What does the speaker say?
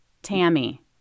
Tammy